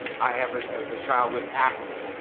i have a child with acne.